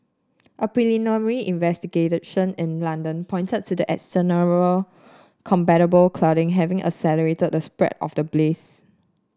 a preliminary investigation in London pointed to the external combustible cladding having accelerated the spread of the blaze